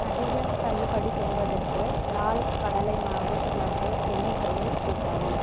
அதிக தள்ளுபடி பெறுவதற்கு லால் கடலைமாவு லட்டு எண்ணிக்கையை கூட்டவும்